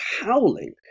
howling